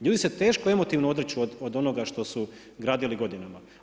Ljudi se teško emotivno odriču od onoga što su gradili godinama.